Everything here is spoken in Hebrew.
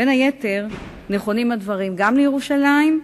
בין היתר נכונים הדברים גם לירושלים,